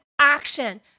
action